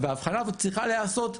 והאבחנה הזאת צריכה להיעשות,